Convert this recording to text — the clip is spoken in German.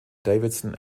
davidson